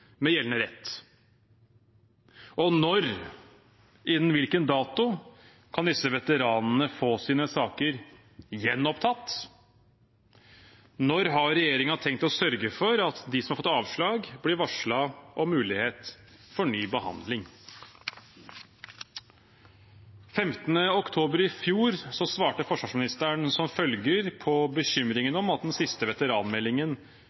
med gjeldende rett? Når, innen hvilken dato, kan disse veteranene få sine saker gjenopptatt? Når har regjeringen tenkt å sørge for at de som har fått avslag, blir varslet om muligheten for ny behandling? Den 15. oktober i fjor svarte forsvarsministeren som følger på bekymringen om at den siste veteranmeldingen